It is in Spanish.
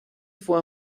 fue